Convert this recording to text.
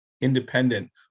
independent